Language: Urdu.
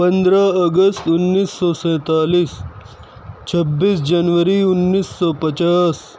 پندرہ اگست انیس سو سینتالیس چھبیس جنوری انیس سو پچاس